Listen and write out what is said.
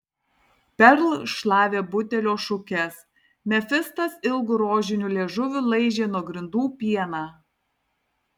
perl šlavė butelio šukes mefistas ilgu rožiniu liežuviu laižė nuo grindų pieną